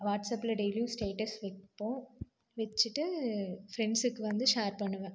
வாட்ஸ்அப்ல டெய்லியும் ஸ்டேட்டஸ் வைப்போம் வச்சிட்டு ஃபிரெண்ஸ்ஸுக்கு வந்து ஷேர் பண்ணுவேன்